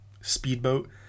speedboat